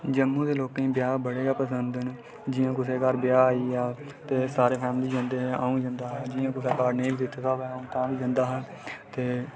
जम्मू दे लोकें गी ब्याह् बड़े गै पसंद न जि'यां कुसै दे घर ब्याह् आई जा तां ते सारी फैमिली जंदी जि'यां अ'ऊं बी जंदा हा कुसै काड़ नेईं बी दित्ते दा होऐ अ'ऊं तां बी जंदा हा